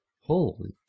Holy